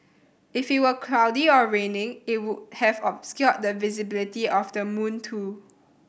if it were cloudy or raining it would have obscured the visibility of the moon too